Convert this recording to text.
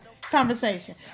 conversation